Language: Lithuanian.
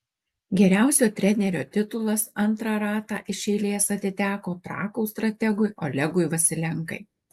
geriausio trenerio titulas antrą ratą iš eilės atiteko trakų strategui olegui vasilenkai